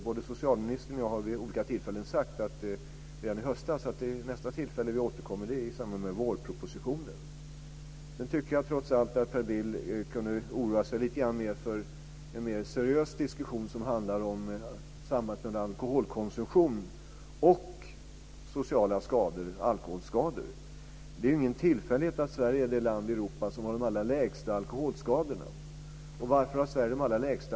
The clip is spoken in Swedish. Både socialministern och jag har vid olika tillfällen sagt, redan i höstas, att nästa tillfälle vi återkommer är i samband med vårpropositionen. Jag tycker trots allt att Per Bill kunde oroa sig lite grann för en mer seriös diskussion som handlar om sambandet mellan alkoholkonsumtion och sociala skador, alkoholskador. Det är ingen tillfällighet att Sverige är det land i Europa som har den allra lägsta andelen alkoholskador. Varför har Sverige det?